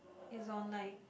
is on like